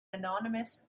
anonymous